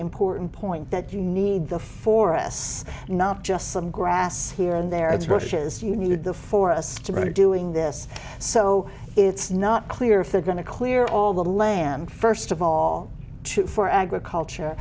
important point that you need the four s not just some grass here and there it's bush's you need the for us to really doing this so it's not clear if they're going to clear all the land first of all to for agriculture